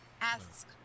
ask